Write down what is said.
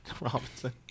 Robinson